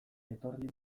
etorri